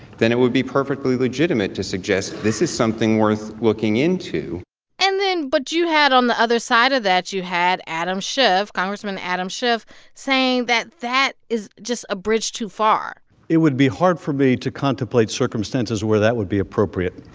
then it would be perfectly legitimate to suggest this is something worth looking into and then but you had on the other side of that, you had adam schiff, congressman adam schiff saying that that is just a bridge too far it would be hard for me to contemplate circumstances where that would be appropriate,